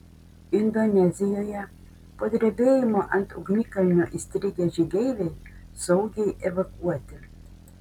indonezijoje po drebėjimo ant ugnikalnio įstrigę žygeiviai saugiai evakuoti